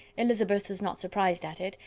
elizabeth was not surprised at it,